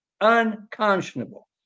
unconscionable